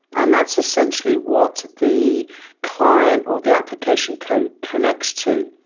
and that's essentially what the client or the application code connects to.